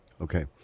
Okay